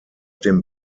dem